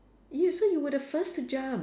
you so you were the first to jump